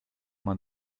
man